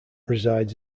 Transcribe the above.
resides